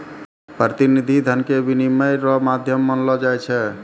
प्रतिनिधि धन के विनिमय रो माध्यम मानलो जाय छै